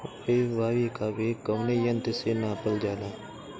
वायु क वेग कवने यंत्र से नापल जाला?